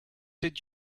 did